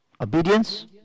Obedience